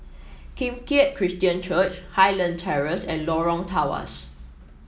Kim Keat Christian Church Highland Terrace and Lorong Tawas